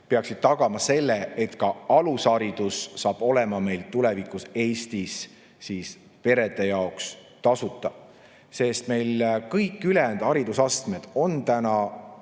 peaksid tagama selle, et ka alusharidus saab olema meil tulevikus Eestis perede jaoks tasuta, sest meil kõik ülejäänud haridusastmed on täna